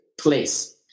place